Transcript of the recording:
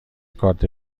کارت